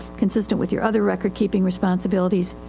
consistent with your other recordkeeping responsibilities,